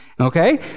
okay